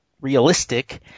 realistic